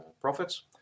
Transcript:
profits